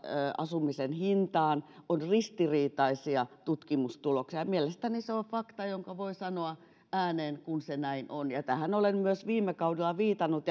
asumisen hintaan on ristiriitaisia tutkimustuloksia mielestäni se on fakta jonka voi sanoa ääneen kun se näin on ja tähän olen myös viime kaudella viitannut